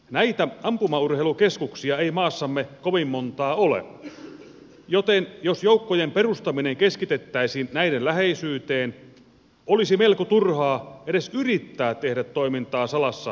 näitä ampumaurheilukeskuksia ei maassamme kovin montaa ole joten jos joukkojen perustaminen keskitettäisiin näiden läheisyyteen olisi melko turhaa edes yrittää tehdä toimintaa salassa muulta maailmalta